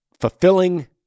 fulfilling